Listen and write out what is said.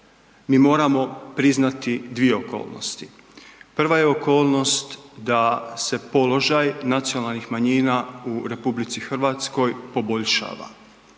Mi moramo priznati dvije okolnosti. Prva je okolnost da se položaj nacionalnih manjina u RH poboljšava,